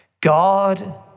God